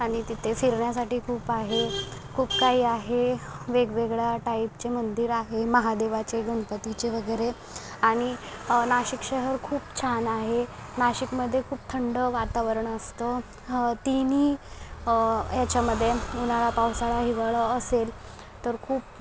आणि तिथे फिरण्यासाठी खूप आहे खूप काही आहे वेगवेगळ्या टाईपचे मंदिर आहे महादेवाचे गनपतीचे वगैरे आणि नाशिक शहर खूप छान आहे नाशिकमध्ये खूप थंड वातावरण असतं हं तिन्ही येच्यामध्ये उन्हाळा पावसाळा हिवाळा असेल तर खूप